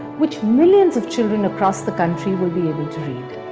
which millions of children across the country will be able to read.